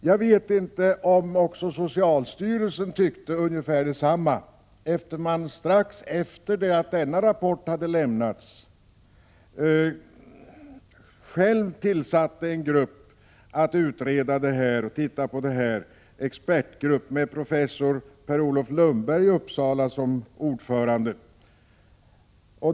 Jag vet inte om också socialstyrelsen tyckte likadant, eftersom den strax efter det att rapporten hade lämnats själv tillsatte en expertgrupp med professor Per Olov Lundberg i Uppsala i spetsen för att utreda frågan.